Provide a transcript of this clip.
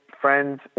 friends